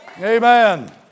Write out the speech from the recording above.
Amen